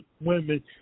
women